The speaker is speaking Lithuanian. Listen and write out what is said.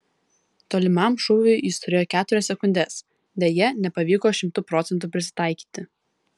tolimam šūviui jis turėjo keturias sekundes deja nepavyko šimtu procentų prisitaikyti